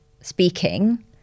speaking